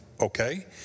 okay